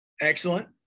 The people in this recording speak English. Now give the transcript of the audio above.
Excellent